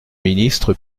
ministre